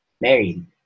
married